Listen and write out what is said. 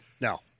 No